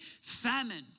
famine